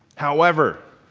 however,